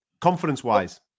confidence-wise